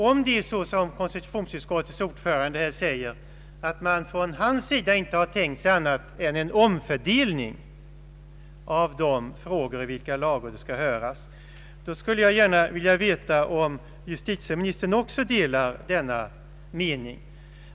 Om det är så som konstitutionsutskottets ordförande här säger, att han för sin del inte tänkt sig annat än en omfördelning av de frågor i vilka lagrådet skall höras, skulle jag gärna vilja höra om justitieministern också delar denna mening.